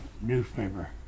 newspaper